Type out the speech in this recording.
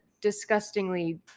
disgustingly